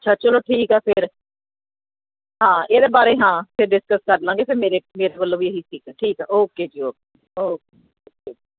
ਅੱਛਾ ਚਲੋ ਠੀਕ ਆ ਫਿਰ ਹਾਂ ਇਹਦੇ ਬਾਰੇ ਹਾਂ ਫਿਰ ਡਿਸਕਸ ਕਰ ਲਵਾਂਗੇ ਫਿਰ ਮੇਰੇ ਮੇਰੇ ਵੱਲੋਂ ਵੀ ਇਹੀ ਠੀਕ ਹੈ ਠੀਕ ਹੈ ਓਕੇ ਜੀ ਓਕੇ ਓਕੇ